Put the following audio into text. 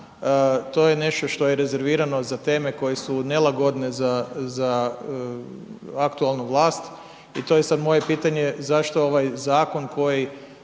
to je nešto što je rezervirano za teme koje su nelagodne, za aktualnu vlast i to je sada moje pitanje, zašto ovaj zakon, koji